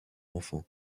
enfants